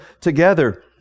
together